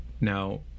Now